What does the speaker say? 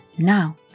Now